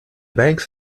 banks